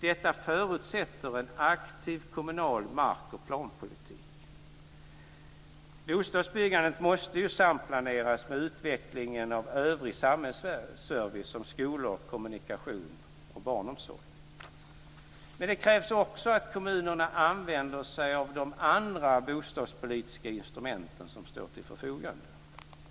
Detta förutsätter en aktiv kommunal markoch planpolitik. Bostadsbyggandet måste ju samplaneras med utvecklingen av övrig samhällsservice som skolor, kommunikationer och barnomsorg. Men det krävs också att kommunerna använder sig av de andra bostadspolitiska instrument som står till förfogande.